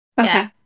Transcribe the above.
Okay